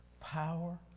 power